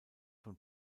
von